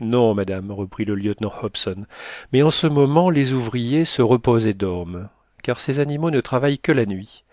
non madame reprit le lieutenant hobson mais en ce moment les ouvriers se reposent et dorment car ces animaux ne travaillent que la nuit